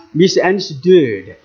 misunderstood